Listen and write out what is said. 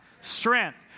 Strength